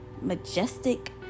majestic